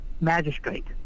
Magistrate